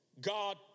God